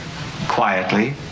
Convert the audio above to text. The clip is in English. quietly